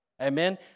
Amen